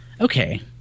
okay